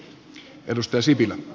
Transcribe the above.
arvoisa puhemies